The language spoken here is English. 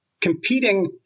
competing